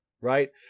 right